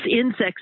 insect's